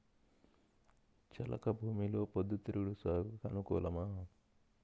చెలక భూమిలో పొద్దు తిరుగుడు సాగుకు అనుకూలమా?